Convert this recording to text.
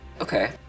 Okay